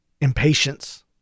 impatience